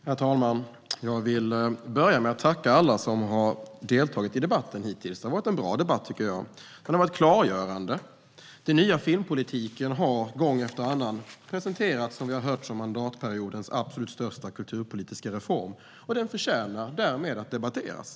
Herr talman! Jag vill börja med att tacka alla som hittills har deltagit i debatten. Det har varit en bra debatt. Den har varit klargörande. Den nya filmpolitiken har gång efter annan presenterats som mandatperiodens absolut största kulturpolitiska reform, och den förtjänar därmed att debatteras.